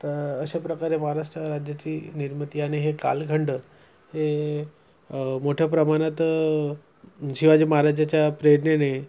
तर अशा प्रकारे महाराष्ट्रराज्याची निर्मिती आणि हे कालखंड हे मोठ्या प्रमाणात शिवाजी महाराज्याच्या प्रेरणेने